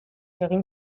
egin